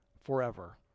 forever